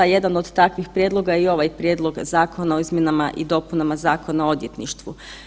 Jedan od takvih prijedloga je i ovaj Prijedlog Zakona o izmjenama i dopunama Zakona o odvjetništvu.